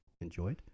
enjoyed